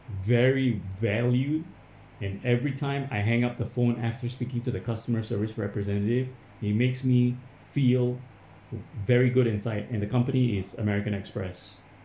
very valued and every time I hang up the phone after speaking to the customer service representative it makes me feel very good inside and the company is American Express